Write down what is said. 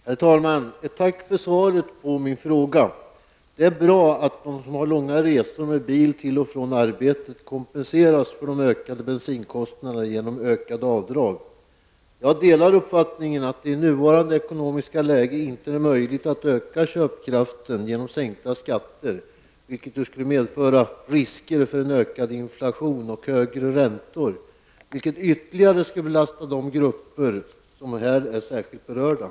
Herr talman! Jag vill tacka för svaret på min fråga. Det är bra att de som har långa resor med bil till och från arbetet kompenseras för de ökade bensinkostnaderna genom höjda avdrag. Jag delar uppfattningen att det i nuvarande ekonomiska läge inte är möjligt att öka köpkraften genom skattesänkningar, vilket skulle medföra risker för ökad inflation och räntehöjningar, något som ytterligare skulle belasta de grupper som här är särskilt berörda.